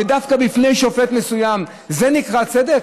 ודווקא בפני שופט מסוים: זה נקרא צדק?